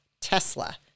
Tesla